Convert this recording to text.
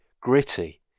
gritty